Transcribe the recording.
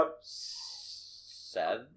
seven